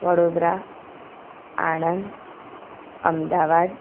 Vadodara Anand Ahmedabad